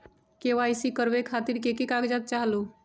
KYC करवे खातीर के के कागजात चाहलु?